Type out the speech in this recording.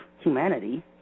humanity